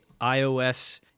iOS